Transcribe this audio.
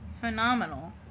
phenomenal